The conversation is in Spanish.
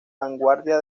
vanguardia